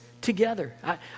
together